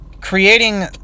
Creating